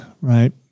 right